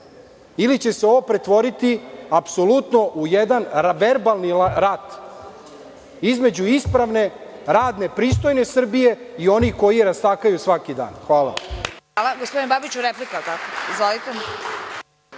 ili će se ovo pretvoriti apsolutno u jedan verbalni rat između ispravne, radne pristojne Srbije i onih koji je rastakaju svaki dan. **Vesna Kovač** Gospodine Babiću, replika. **Zoran